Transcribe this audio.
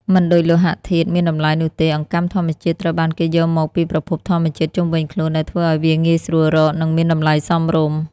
មិនដូចលោហៈធាតុមានតម្លៃនោះទេ អង្កាំធម្មជាតិត្រូវបានគេយកមកពីប្រភពធម្មជាតិជុំវិញខ្លួន ដែលធ្វើឲ្យវាងាយស្រួលរក និងមានតម្លៃសមរម្យ។